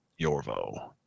Yorvo